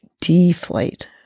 deflate